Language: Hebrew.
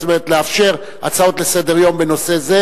כלומר לאפשר הצעות לסדר-יום בנושא זה